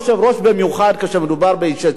במיוחד כשמדובר באישי ציבור,